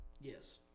Yes